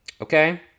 okay